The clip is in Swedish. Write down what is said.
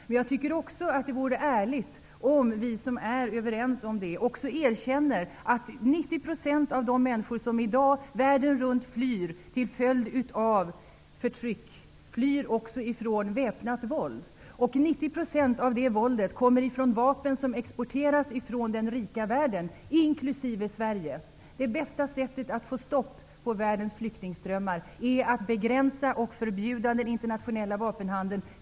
Men jag tycker också att det vore ärligt om vi som är överens om detta även erkänner att 90 % av de människor som i dag flyr världen runt till följd av förtryck även flyr från väpnat våld. 90 % av det våldet kommer från vapen som exporterats från den rika världen, inklusive Det bästa sättet att få stopp på världens flyktingströmmar är att begränsa och förbjuda den internationella vapenhandeln.